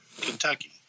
Kentucky